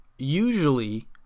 Usually